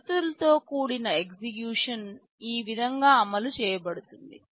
షరతులతో కూడిన ఎగ్జిక్యూషన్ ఈ విధంగా అమలు చేయబడుతుంది